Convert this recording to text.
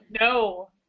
no